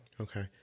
Okay